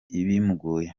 bimugoye